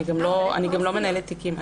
אני גם לא מנהלת תיקים.